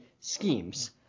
schemes